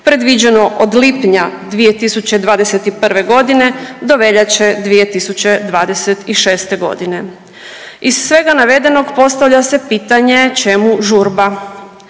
predviđeno od lipnja 2021. godine do veljače 2026. godine. Iz svega navedenog postavlja se pitanje čemu žurba.